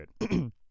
good